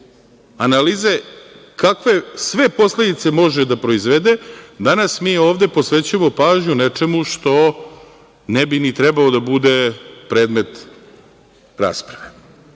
analize kakve sve posledice može da proizvede, danas mi ovde posvećujemo pažnju nečemu što ne bi ni trebalo da bude predmet rasprave.Međutim,